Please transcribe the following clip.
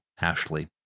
Ashley